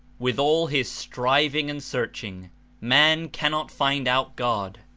with all his striving and searching man cannot find out god.